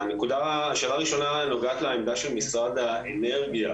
השאלה הראשונה נוגעת לעמדה של משרד האנרגיה,